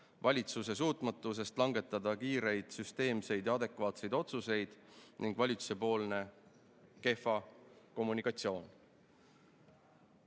valitsuse suutmatusest langetada kiireid, süsteemseid ja adekvaatseid otsuseid, ning valitsuse kehv kommunikatsioon. Valitsus